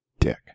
dick